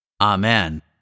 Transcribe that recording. Amen